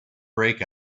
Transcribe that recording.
break